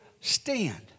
stand